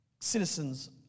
citizens